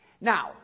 Now